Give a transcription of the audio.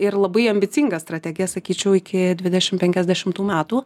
ir labai ambicingą strategiją sakyčiau iki dvidešim penkiasdešimtų metų